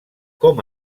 com